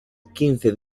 quince